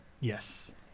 Yes